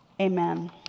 amen